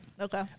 Okay